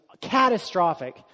catastrophic